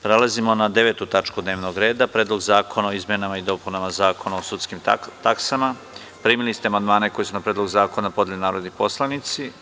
Prelazimo na 9. tačku dnevnog reda – PREDLOG ZAKONA O IZMENAMA I DOPUNAMA ZAKONA O SUDSKIM TAKSAMA Primili ste amandmane koje su na Predlog zakona podneli narodni poslanici.